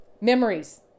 Memories